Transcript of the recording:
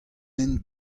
hent